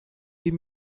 die